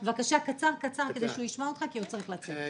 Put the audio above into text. בבקשה, קצר כדי שהוא ישמע אותך כי הוא צריך לצאת.